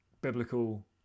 biblical